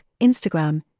Instagram